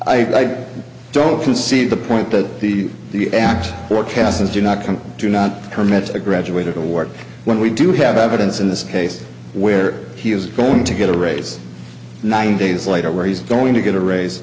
i don't concede the point that the the act forecasts and do not come do not permit a graduated to work when we do have evidence in this case where he is going to get a raise nine days later where he's going to get a raise